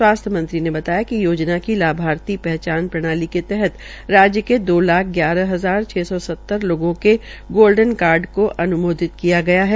स्वास्थ्य मंत्री ने बताया कि योजना की लाभार्थी पहचान प्रणाली के तहत राज्य के दो लाख ग्यारह हजार छ सौ सत्तर लोगों को गोलडन कार्ड को अन्मोदित किया गया है